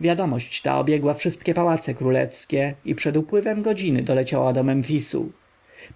wiadomość ta obiegła wszystkie pałace królewskie i przed upływem godziny doleciała do memfisu